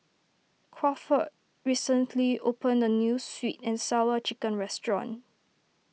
Crawford recently opened a New Sweet and Sour Chicken restaurant